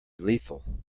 lethal